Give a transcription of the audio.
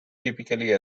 typically